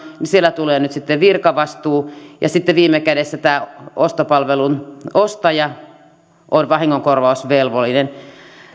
siellä tulee nyt sitten virkavastuu ja sitten viime kädessä tämä ostopalvelun ostaja on vahingonkorvausvelvollinen